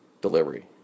delivery